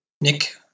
Nick